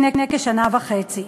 לפני כשנה וחצי.